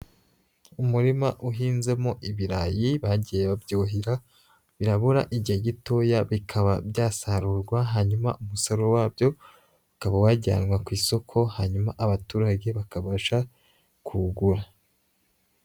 Umurima uhinzemo ibirayi bagiye babyuhira, birabura igihe gitoya bikaba byasarurwa, hanyuma umusaruro wabyo ukaba wajyanwa ku isoko, hanyuma abaturage bakabasha kuwugura.